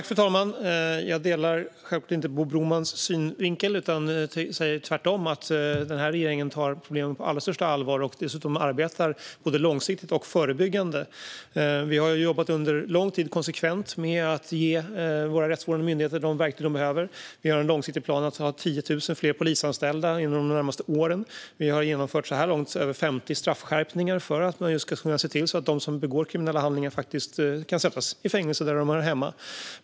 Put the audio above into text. Fru talman! Jag håller självklart inte med om Bo Bromans synvinkel utan säger tvärtom att den här regeringen tar problemen på allra största allvar och dessutom arbetar både långsiktigt och förebyggande. Vi har under lång tid jobbat konsekvent med att ge våra rättsvårdande myndigheter de verktyg som de behöver. Vi har en långsiktig plan att ha 10 000 fler polisanställda inom de närmaste åren. Så här långt har vi genomfört över 50 straffskärpningar just för att kunna se till att de som begår kriminella handlingar faktiskt kan sättas i fängelse, där de hör hemma.